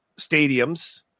stadiums